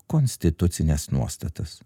konstitucines nuostatas